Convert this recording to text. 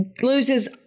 loses